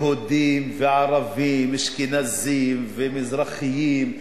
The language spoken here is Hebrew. יהודים וערבים, אשכנזים ומזרחים,